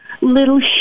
little